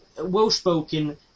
well-spoken